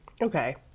okay